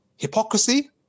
Hypocrisy